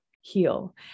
heal